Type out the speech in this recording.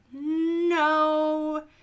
no